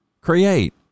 create